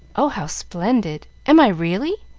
oh, how splendid! am i really?